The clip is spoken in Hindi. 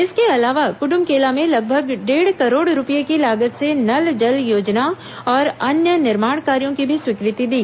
इसके अलावा क्ड्मकेला में लगभग डेढ़ करोड़ रूपये की लागत से नल जल योजना और अन्य निर्माण कार्यों की भी स्वीकृति दी